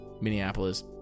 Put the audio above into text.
Minneapolis